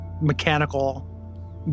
mechanical